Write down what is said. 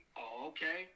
okay